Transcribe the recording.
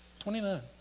29